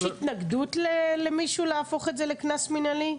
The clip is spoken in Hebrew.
יש התנגדות למישהו להפוך את זה לקנס מנהלי?